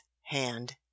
hand